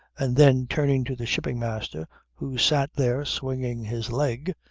and then turning to the shipping master who sat there swinging his leg,